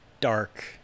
dark